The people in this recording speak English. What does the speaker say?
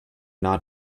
not